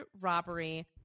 robbery